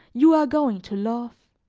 you are going to love.